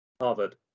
Harvard